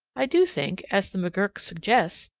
i do think, as the mcgurk suggests,